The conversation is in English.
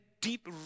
deep